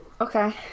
Okay